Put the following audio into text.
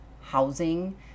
housing